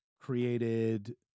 created